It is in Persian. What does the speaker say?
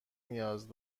نیاز